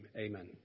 Amen